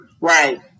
right